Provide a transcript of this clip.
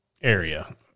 area